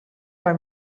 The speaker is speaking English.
for